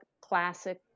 classic